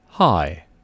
Hi